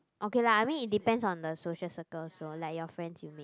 okay lah I mean it depends on the social circle also like your friends you meet